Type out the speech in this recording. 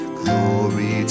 glory